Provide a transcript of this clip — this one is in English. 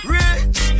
rich